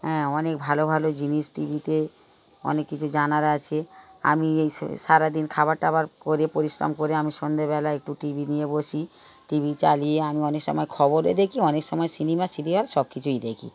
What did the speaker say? হ্যাঁ অনেক ভালো ভালো জিনিস টি ভিতে অনেক কিছু জানার আছে আমি এই সারাদিন খাবার টাবার করে পরিশ্রম করে আমি সন্ধেবেলা একটু টি ভি নিয়ে বসি টি ভি চালিয়ে আমি অনেক সময় খবরও দেখি অনেক সময় সিনেমা সিরিয়াল সব কিছুই দেখি